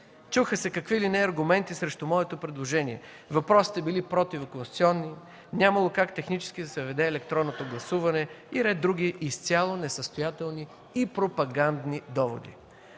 Чуха се какви ли не аргументи срещу моето предложение: въпросите били противоконституционни, нямало как технически да се въведе електронното гласуване и ред други изцяло несъстоятелни и пропагандни доводи.